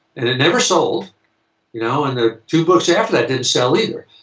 and it never sold. you know? and the two books after that didn't sell either.